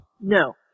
No